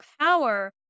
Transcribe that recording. power